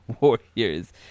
warriors